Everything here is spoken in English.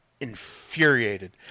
infuriated